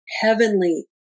heavenly